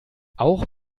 auch